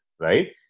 right